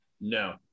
No